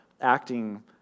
acting